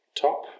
top